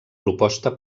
proposta